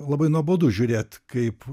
labai nuobodu žiūrėt kaip